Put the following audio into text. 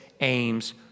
aims